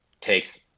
takes